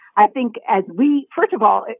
i think as we first of all,